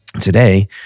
Today